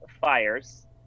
Fires